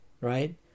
right